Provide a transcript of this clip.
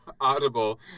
audible